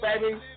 baby